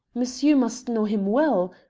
monsieur must know him well.